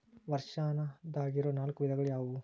ವರ್ಷಾಶನದಾಗಿರೊ ನಾಲ್ಕು ವಿಧಗಳು ಯಾವ್ಯಾವು?